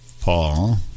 paul